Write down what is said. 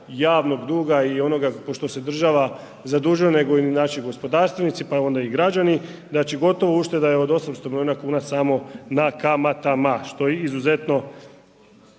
javnog duga i onoga što pošto se država zadužuje nego znači gospodarstvenici pa onda i građani, znači gotovo ušteda je od 800 milijuna samo na kamatama, što je izuzetno